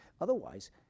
Otherwise